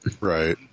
Right